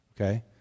okay